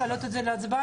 להעלות את זה להצבעה?